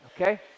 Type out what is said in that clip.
Okay